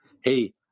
hey